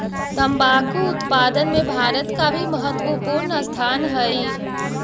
तंबाकू उत्पादन में भारत का भी महत्वपूर्ण स्थान हई